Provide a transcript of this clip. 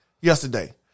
yesterday